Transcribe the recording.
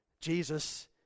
Jesus